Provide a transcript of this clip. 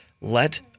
let